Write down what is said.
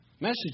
Message